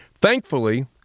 Thankfully